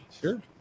sure